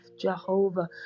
Jehovah